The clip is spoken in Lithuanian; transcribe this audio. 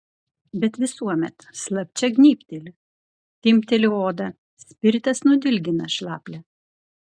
bet visuomet slapčia gnybteli timpteli odą spiritas nudilgina šlaplę